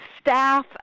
staff